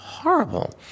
Horrible